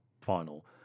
final